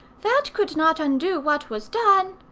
that could not undo what was done.